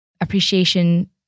Appreciation